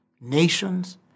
nations